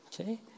Okay